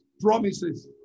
promises